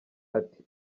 ati